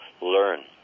learn